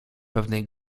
pewnej